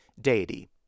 deity